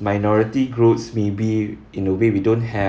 minority groups maybe in a way we don't have